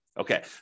Okay